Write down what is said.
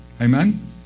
Amen